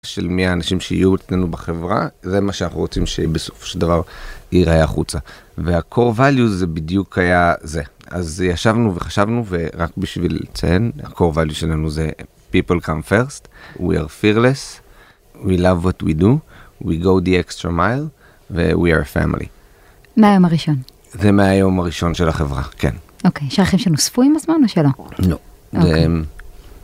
של מי האנשים שיהיו אצלנו בחברה זה מה שאנחנו רוצים שבסוף של דבר יראה החוצה. והcore value זה בדיוק היה זה. אז ישבנו וחשבנו, ו- רק בשביל לציין, הcore value שלנו זה people come first, we are fearless, we love what we do, we go the extra mile, and we are family. מהיום הראשון. זה מהיום הראשון של החברה, כן. אוקיי. יש ערכים שנוספו עם הזמן או שלא? לא.